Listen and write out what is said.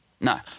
No